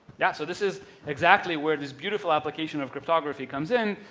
yeah so this is exactly where this beautiful application of cryptography comes in,